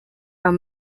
are